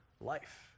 life